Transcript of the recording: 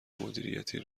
مدیریتی